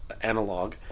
analog